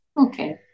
Okay